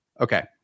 Okay